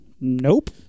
Nope